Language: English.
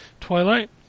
Twilight